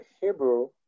Hebrew